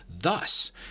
Thus